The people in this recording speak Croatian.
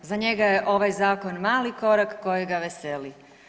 Za njega je ovaj zakon mali korak koji ga veseli.